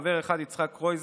חבר הכנסת יצחק קרויזר,